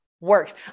works